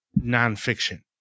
nonfiction